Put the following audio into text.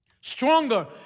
Stronger